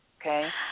okay